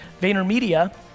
VaynerMedia